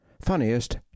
Funniest